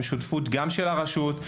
עם שותפות של הרשות,